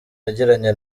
yagiranye